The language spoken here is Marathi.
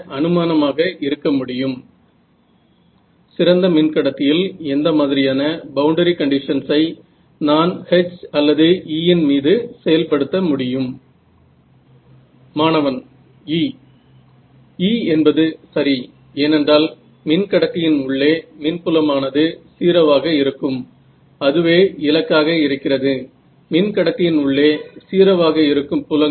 तुम्ही इंटिग्रल इक्वेशन्स सोडून दुसरी कोणती पद्धत वापरू शकता का